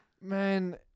Man